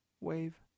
Wave